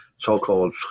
so-called